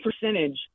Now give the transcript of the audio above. percentage